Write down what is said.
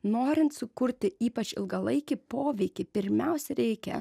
norint sukurti ypač ilgalaikį poveikį pirmiausia reikia